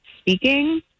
speaking